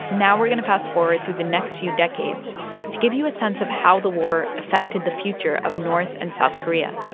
now we're going to fast forward through the next few decades to give you a sense of how the war affected the future of north and south korea.